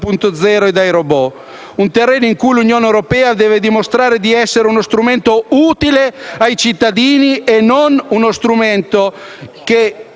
un terreno nel quale l'Unione europea deve dimostrare di essere uno strumento utile ai cittadini e non uno strumento prono